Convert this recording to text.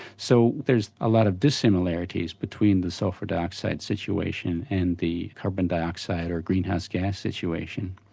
so there's a lot of dissimilarities between the sulphur dioxide situation and the carbon dioxide or greenhouse gas situation.